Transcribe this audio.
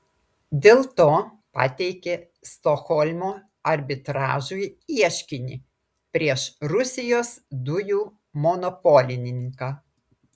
dėl to pateikė stokholmo arbitražui ieškinį prieš rusijos dujų monopolininką